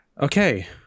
Okay